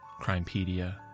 Crimepedia